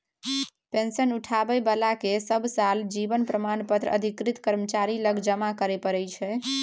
pension उठाबै बलाकेँ सब साल जीबन प्रमाण पत्र अधिकृत कर्मचारी लग जमा करय परय छै